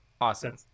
awesome